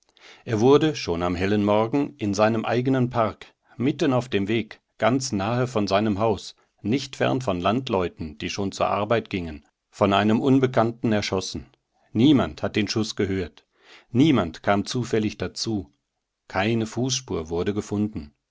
er wurde schon am hellen morgen in seinem eigenen park mitten auf dem weg ganz nahe von seinem haus nicht fern von landleuten die schon zur arbeit gingen von einem unbekannten erschossen niemand hat den schuß gehört niemand kam zufällig dazu keine fußspur wurde gefunden